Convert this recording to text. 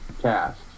cast